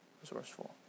Resourceful